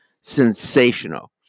sensational